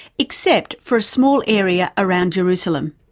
except for a small area around jerusalem.